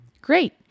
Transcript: Great